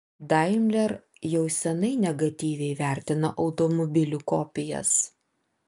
daimler jau senai negatyviai vertina automobilių kopijas